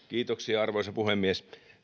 kiitoksia arvoisa puhemies